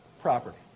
property